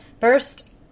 First